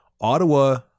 Ottawa